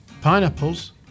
Pineapples